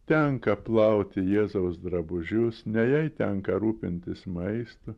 tenka plauti jėzaus drabužius ne jai tenka rūpintis maistu